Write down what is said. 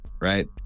right